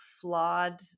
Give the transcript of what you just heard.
flawed